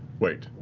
wait.